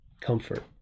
Comfort